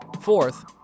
Fourth